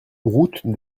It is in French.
route